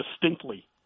distinctly